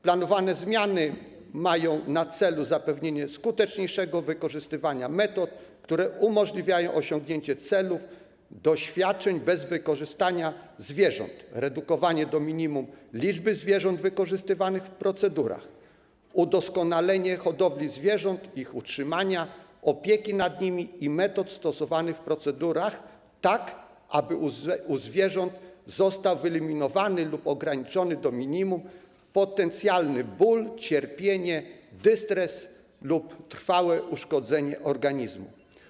Planowane zmiany mają na celu zapewnienie skuteczniejszego wykorzystywania metod, które umożliwiają osiągnięcie celów, doświadczeń bez wykorzystania zwierząt, redukowanie do minimum liczby zwierząt wykorzystywanych w procedurach, udoskonalenie hodowli, ich utrzymania, opieki nad nimi i metod stosowanych w procedurach, tak aby zostały wyeliminowane lub ograniczone do minimum potencjalny ból, cierpienie, dystres lub trwałe uszkodzenie organizmu.